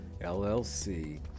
LLC